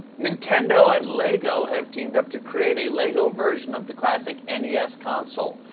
nintendo and lego have teamed up to create a lego version of the classic n e s console,